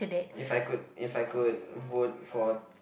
if I could if I could vote for